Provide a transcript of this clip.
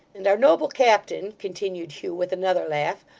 and our noble captain continued hugh with another laugh,